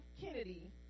Kennedy